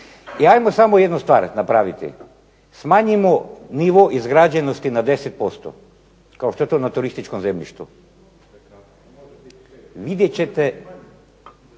I ajmo samo jednu stvar napraviti. Smanjimo nivo izgrađenosti na 10%, kao što je to na turističkom zemljištu. Vidjet ćete.